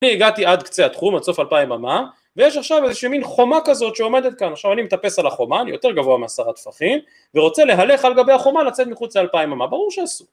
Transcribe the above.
אני הגעתי עד קצה התחום עד סוף אלפיים אמה ויש עכשיו איזשהו מין חומה כזאת שעומדת כאן עכשיו אני מטפס על החומה אני יותר גבוה מעשרה טפחים ורוצה להלך על גבי החומה לצאת מחוץ אלפיים אמה ברור שאסור